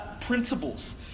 principles